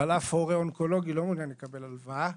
אבל אף הורה אונקולוגי לא מעוניין לקבל הלוואה,